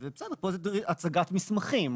ובסדר, פה זה הצגת מסמכים.